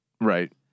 Right